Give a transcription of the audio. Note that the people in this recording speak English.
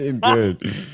good